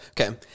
Okay